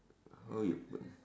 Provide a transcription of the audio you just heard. how you put ah